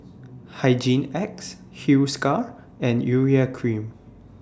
Hygin X Hiruscar and Urea Cream